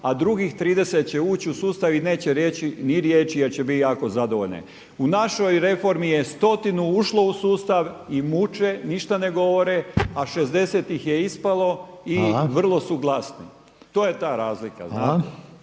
a drugih 30 će ući u sustav i neće reći ni riječi jer će bit jako zadovoljne. U našoj reformi je stotinu ušlo u sustav i muče, ništa ne govore, a 60 ih je ispalo i vrlo su glasni. To je ta razlika,